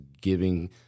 giving –